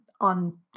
on